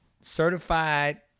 certified